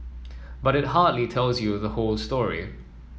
but it hardly tells you the whole story